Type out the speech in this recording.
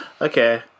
Okay